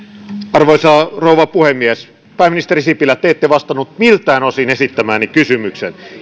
arvoisa rouva puhemies pääministeri sipilä te ette vastannut miltään osin esittämääni kysymykseen